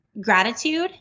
gratitude